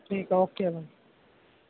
ٹھیک ہے اوکے بھائی